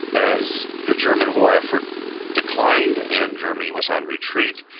as the german war effort declined and germany was on retreat,